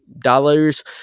dollars